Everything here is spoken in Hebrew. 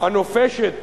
הנופשת